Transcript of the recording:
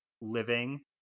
living